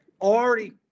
already